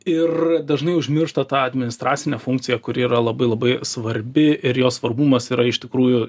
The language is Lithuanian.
ir dažnai užmiršta tą administracinę funkciją kuri yra labai labai svarbi ir svarbumas yra iš tikrųjų